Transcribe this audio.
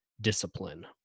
discipline